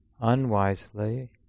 unwisely